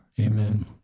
Amen